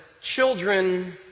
children